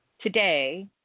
today